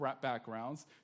backgrounds